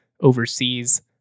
overseas